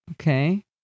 Okay